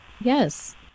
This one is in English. Yes